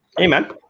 Amen